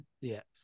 Yes